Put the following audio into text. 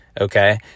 Okay